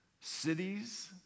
cities